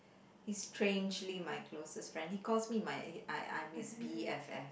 he's strangely my closest friend he calls me my I I'm his B_F_F